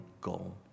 goal